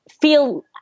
feel